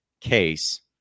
Case